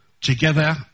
together